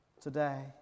Today